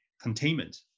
containment